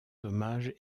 dommages